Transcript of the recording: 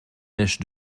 mèche